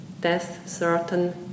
death-certain